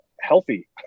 healthy